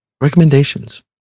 Recommendations